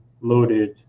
loaded